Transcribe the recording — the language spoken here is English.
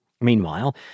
Meanwhile